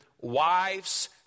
wives